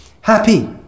happy